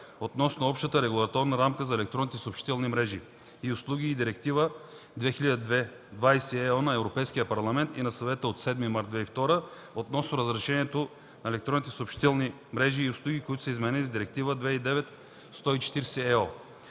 относно общата регулаторна рамка за електронните съобщителни мрежи и услуги и Директива 2002/20/ЕО на Европейския парламент и на Съвета от 7 март 2002 г. относно разрешението на електронните съобщителни мрежи и услуги, които са изменени с Директива 2009/140/ЕО.